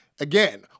Again